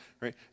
right